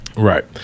right